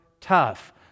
tough